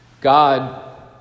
God